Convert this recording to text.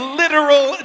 literal